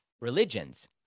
religions